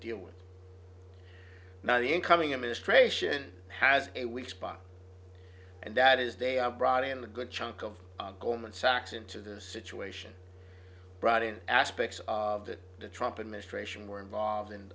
deal with now the incoming administration has a weak spot and that is they are brought in a good chunk of goldman sachs into the situation brought in aspects of the trump and mr asian were involved in